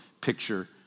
picture